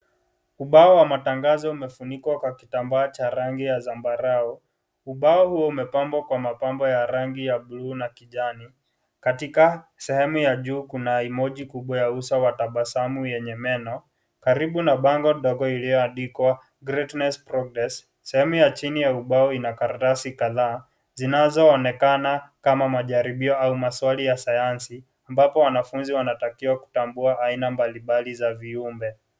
Ubao wa matangazo umefunikwa kwa kitambaa cha rangi ya zambarau. Ubao huo umepambwa kwa mapambo ya rangi ya bluu na kijani. Katika sehemu ya juu kuna emoji kubwa ya uso wa tabasamu yenye meno, karibu na bango ndogo iliyoandikwa greatness progress . Sehemu ya chini ya ubao ina karatasi kadhaa, zinazoonekana kama majaribio au maswali ya sayansi, ambapo wanafunzi wanatakiwa kutambua aina mbalimbali za viumbe.